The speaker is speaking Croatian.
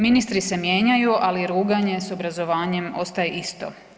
Ministri se mijenjaju, ali ruganje s obrazovanjem ostaje isto.